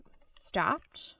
stopped